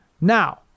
Now